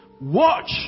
Watch